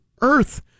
Earth